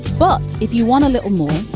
but if you want a little more,